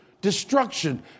destruction